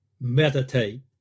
Meditate